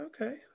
Okay